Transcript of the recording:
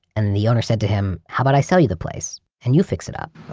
and the owner said to him, how about i sell you the place, and you fix it up?